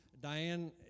Diane